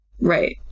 Right